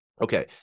okay